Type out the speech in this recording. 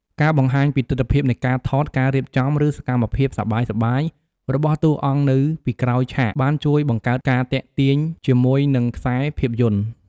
ការបង្ហាញពីទិដ្ឋភាពនៃការថត ការរៀបចំ ឬសកម្មភាពសប្បាយៗរបស់តួអង្គនៅពីក្រោយឆាកបានជួយបង្កើតការទាក់ទាញជាមួយនឹងខ្សែភាពយន្ត។